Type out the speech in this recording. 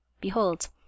behold